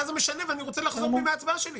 ואז זה משנה ואני רוצה לחזור בי מן ההצבעה שלי.